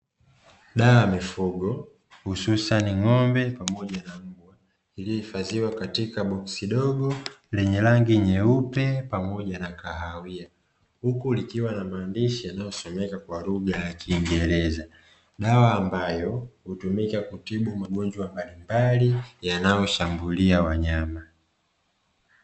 Dawa ya mifugo husasani ng'ombe pamoja na mbwa iliyohifadhiwa katika boski dogo lenye rangi nyeupe pamoja na kahawia, huku likiwa na maandishi yanayosomeka kwa lugha ya kiingereza, dawa ambayo hutumika kutibu magonjwa mbalimbali yanayoshambulia wanyama.